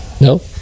No